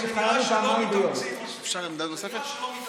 התחייבנו לחטא את הרכבת.